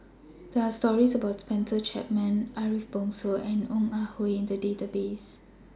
There Are stories about Spencer Chapman Ariff Bongso and Ong Ah Hoi in The Database